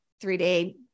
three-day